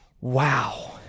Wow